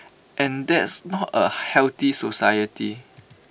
and that's not A healthy society